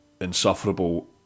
insufferable